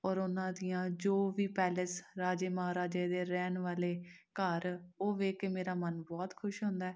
ਔਰ ਉਹਨਾਂ ਦੀਆਂ ਜੋ ਵੀ ਪੈਲਸ ਰਾਜੇ ਮਹਾਰਾਜੇ ਦੇ ਰਹਿਣ ਵਾਲੇ ਘਰ ਉਹ ਵੇਖ ਕੇ ਮੇਰਾ ਮਨ ਬਹੁਤ ਖੁਸ਼ ਹੁੰਦਾ